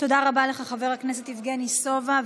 תודה רבה לך, חבר הכנסת יבגני סובה.